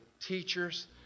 teachers